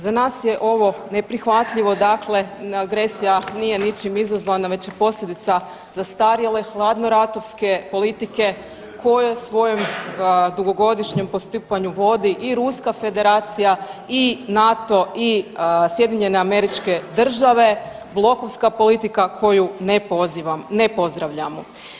Za nas je ovo neprihvatljivo dakle, agresija nije ničim izazvana već je posljedica zastarjele hladnoratovske politike koje je svojom dugogodišnjem postupanju vodi i Ruska Federacija i NATO i SAD, blokovska politika koju ne pozivam, ne pozdravljamo.